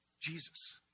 Jesus